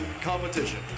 competition